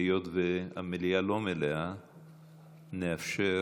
היות שהמליאה לא מלאה, נאפשר.